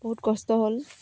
বহুত কষ্ট হ'ল